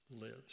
lives